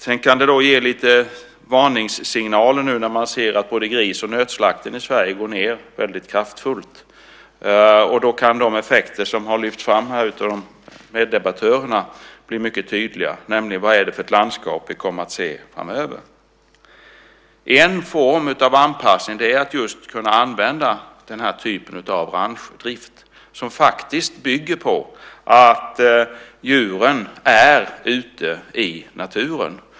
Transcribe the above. Sedan kan det ge lite varningssignaler nu när man ser att både gris och nötslakten i Sverige minskar väldigt mycket. Då kan de effekter som har lyfts fram här av meddebattörerna bli mycket tydliga, nämligen: Vilket landskap kommer vi att se framöver? En form av anpassning är just att kunna använda denna typ av ranchdrift som faktiskt bygger på att djuren är ute i naturen.